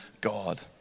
God